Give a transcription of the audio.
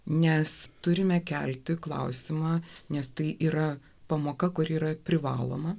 nes turime kelti klausimą nes tai yra pamoka kuri yra privaloma